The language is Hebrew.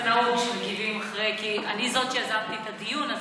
נהוג שמגיבים אחרי כי אני זאת שיזמתי את הדיון,